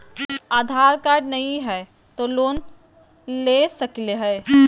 आधार card नही हय, तो लोन ले सकलिये है?